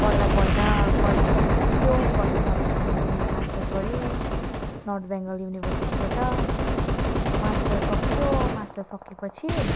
पढ्दा पढ्दा कलेज पनि सकियो कलेज सकिएर मैले मास्टर्स गरेँ नर्थ बङ्गाल युनिभर्सिटीबाट मास्टर सकियो मास्टर सकिएपछि